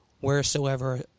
wheresoever